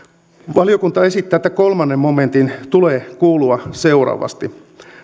valiokunta esittää että kolmannen momentin tulee kuulua seuraavasti